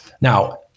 Now